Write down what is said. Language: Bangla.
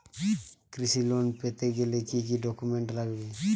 কৃষি লোন পেতে গেলে কি কি ডকুমেন্ট লাগবে?